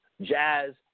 Jazz